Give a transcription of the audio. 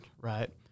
right